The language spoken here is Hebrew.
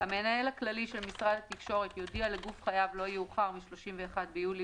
"המנהל הכללי של משרד התקשורת יודיע לגוף חייב לא יאוחר מ-31 ביולי